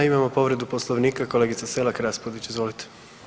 Imamo povredu Poslovnika, kolegica Selak Raspudić, izvolite.